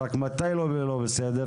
מתי לא בסדר?